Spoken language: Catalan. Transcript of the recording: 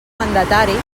mandatari